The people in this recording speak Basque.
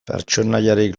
pertsonaiarik